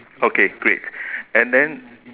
okay great and then